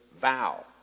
vow